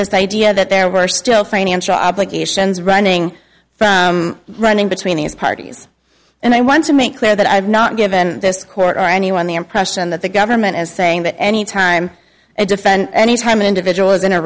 this idea that there were still financial obligations running running between these parties and i want to make clear that i have not given this court or anyone the impression that the government is saying that any time they defend any time an individual is in a